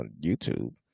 YouTube